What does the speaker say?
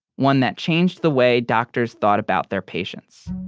one that changed the way doctors thought about their patients